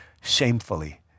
shamefully